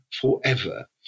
forever